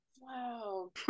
wow